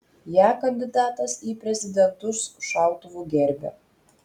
ją kandidatas į prezidentus šautuvu gerbia